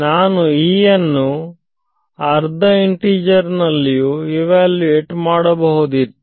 ನಾನು E ಅನ್ನು ಅರ್ಧ ಇಂಟಿಜರ್ ನಲ್ಲಿಯು ಇವ್ಯಾಲ್ಯೂಯೇಟ್ ಮಾಡಬಹುದಿತ್ತು